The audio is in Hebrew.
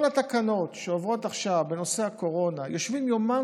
כל התקנות שעוברות עכשיו בנושא הקורונה,